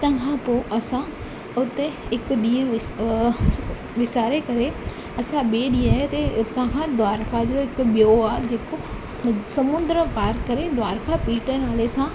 हुतां खां पोइ असां उते हिकु ॾींहुं विस विसारे करे असां ॿिए ॾींहं ते हुतां खां द्वारका जो हिकु ॿियों आहे जेको समुंड पार करे द्वारका पीठ नाले सां